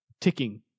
ticking